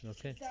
Okay